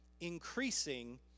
increasing